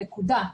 נקודה.